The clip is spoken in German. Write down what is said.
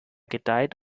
gedeiht